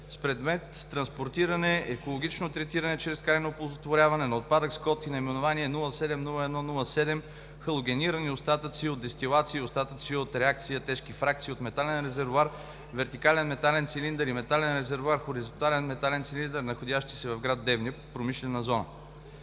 с предмет „Транспортиране, екологично третиране чрез крайно оползотворяване на отпадък“, с код и наименование № 07-01-07 халогенирани остатъци от дестилации и остатъци от реакция тежки фракции от метален резервоар, вертикален метален цилиндър и метален резервоар, хоризонтален метален цилиндър, находящи се в град Девня, промишлена зона.